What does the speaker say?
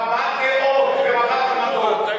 היא רבת דעות ורבת עמדות,